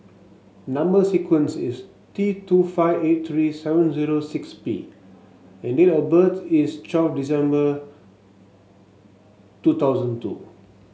number sequence is T two five eight three seven zero six P and date of birth is twelve December two thousand two